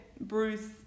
Bruce